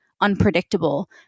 unpredictable